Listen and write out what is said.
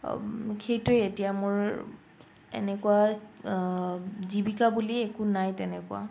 সেইটোৱেই এতিয়া মোৰ এনেকুৱা জীৱিকা বুলি একো নাই তেনেকুৱা